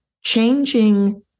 changing